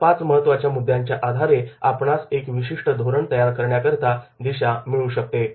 या पाच महत्त्वाच्या मुद्द्यांच्या आधारे आपणास एक विशिष्ट धोरण तयार करण्याकरिता दिशा मिळू शकते